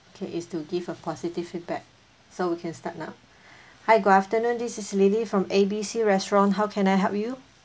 okay is to give a positive feedback so we can start now hi good afternoon this is lady from A B C restaurant how can I help you